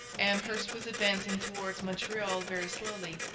amherst was advancing towards montreal very slowly.